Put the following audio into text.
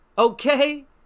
Okay